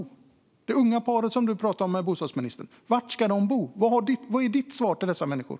Var ska det unga paret bo som du pratade med bostadsministern om? Vad är ditt svar till dessa människor?